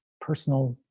personal